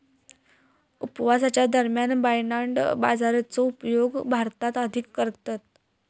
उपवासाच्या दरम्यान बरनार्ड बाजरीचो उपयोग भारतात अधिक करतत